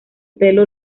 pelo